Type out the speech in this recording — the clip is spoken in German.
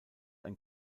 ein